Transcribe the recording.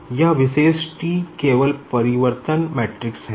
यह विशेष T केवल ट्रांसफॉरमेशन मैट्रिक्स है